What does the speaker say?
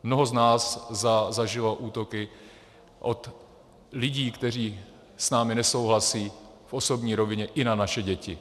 Mnoho z nás zažilo útoky od lidí, kteří s námi nesouhlasí, v osobní rovině, i na naše děti.